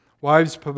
Wives